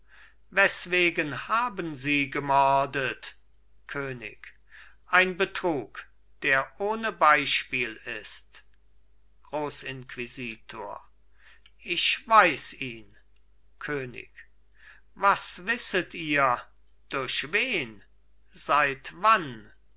weswegen haben sie gemordet könig ein betrug der ohne beispiel ist grossinquisitor ich weiß ihn könig was wisset ihr durch wen seit wann